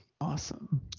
awesome